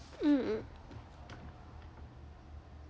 mm mm